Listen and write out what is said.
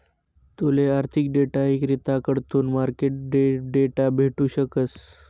तूले आर्थिक डेटा इक्रेताकडथून मार्केट डेटा भेटू शकस